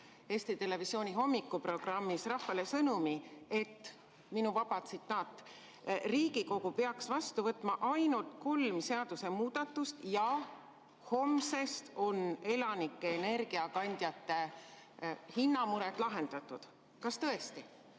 Eesti Televisiooni hommikuprogrammis rahvale sõnumi, et (minu vaba tsitaat) Riigikogu peaks vastu võtma ainult kolm seadusemuudatust ja homsest oleks elanike energiakandjate hinna mured lahendatud. Kas tõesti?